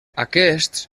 aquests